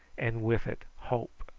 and with it hope.